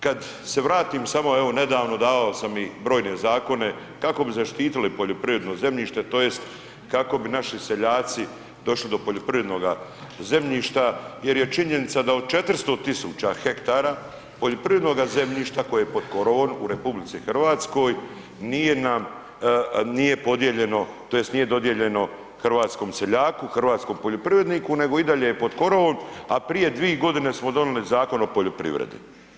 Kad se vratim samo evo nedavno dao sam i brojne zakone kako bi zaštitili poljoprivredno zemljište tj. kako bi naši seljaci došli do poljoprivrednoga zemljišta jer je činjenica da od 400 000 hektara poljoprivrednog zemljišta koje je pod korovom u RH nije nam, nije podijeljeno tj. nije dodijeljeno hrvatskom seljaku, hrvatskom poljoprivredniku nego i dalje je pod korovom, a prije 2.g. smo donijeli Zakon o poljoprivredi.